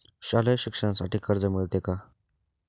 शालेय शिक्षणासाठी कर्ज मिळते का?